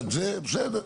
בסדר.